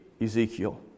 Ezekiel